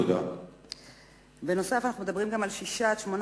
נוסף על כך אנחנו מדברים גם על שישה עד שמונה